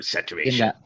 Saturation